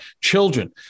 children